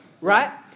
right